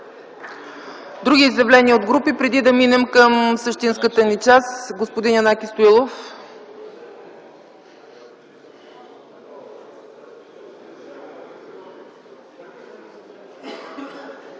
Други изявления от групи, преди да минем към същинската част? Господин Янаки Стоилов.